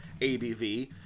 ABV